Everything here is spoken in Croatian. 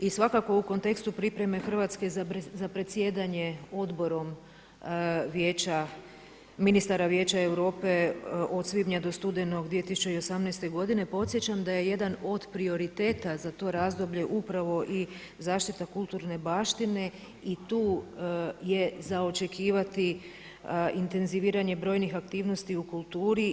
I svakako u kontekstu pripreme Hrvatske za predsjedanje Odborom vijeća, ministara Vijeća Europe od svibnja do studenog 2018. godine podsjećam da je jedan od prioriteta za to razdoblje upravo i zaštita kulturne baštine i tu je za očekivati intenziviranje brojnih aktivnosti u kulturi.